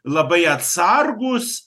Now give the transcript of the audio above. labai atsargūs